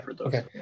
Okay